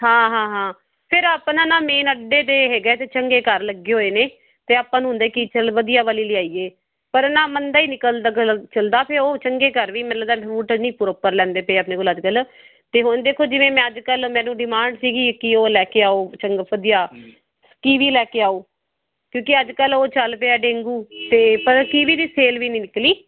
ਹਾਂ ਹਾਂ ਹਾਂ ਫਿਰ ਆਪਣਾ ਨਾ ਮੇਨ ਅੱਡੇ ਦੇ ਹੈਗਾ ਇੱਥੇ ਚੰਗੇ ਘਰ ਲੱਗੇ ਹੋਏ ਨੇ ਅਤੇ ਆਪਾਂ ਨੂੰ ਹੁੰਦਾ ਕਿ ਚਲੋ ਵਧੀਆ ਵਾਲੀ ਲਿਆਈਏ ਪਰ ਨਾ ਮੰਦਾਂ ਹੀ ਨਿਕਲਦਾ ਗਲਤ ਚੱਲਦਾ ਫੇਰ ਉਹ ਚੰਗੇ ਘਰ ਵੀ ਮੈਨੂੰ ਲੱਗਦਾ ਫਰੂਟ ਨਹੀ ਪ੍ਰੋਪਰ ਲੈਂਦੇ ਪਏ ਆਪਣੇ ਕੋਲ ਅੱਜ ਕੱਲ੍ਹ ਅਤੇ ਹੁਣ ਦੇਖੋ ਜਿਵੇਂ ਮੈਂ ਅੱਜ ਕੱਲ੍ਹ ਮੈਨੂੰ ਡਿਮਾਂਡ ਸੀਗੀ ਕਿ ਉਹ ਲੈ ਕੇ ਆਓ ਚੰਗਾ ਵਧੀਆ ਕੀਵੀ ਲੈ ਕੇ ਆਓ ਕਿਉਂਕਿ ਅੱਜ ਕੱਲ੍ਹ ਉਹ ਚੱਲ ਪਿਆ ਡੇਂਗੂ ਅਤੇ ਪਰ ਕੀਵੀ ਦੀ ਸੇਲ ਵੀ ਨਹੀਂ ਨਿਕਲੀ